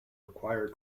require